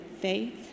faith